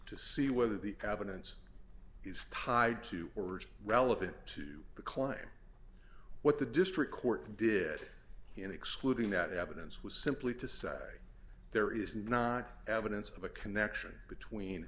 to see whether the cabinets is tied to or relevant to the claim what the district court did in excluding that evidence was simply to say there is not evidence of a connection between